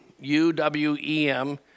U-W-E-M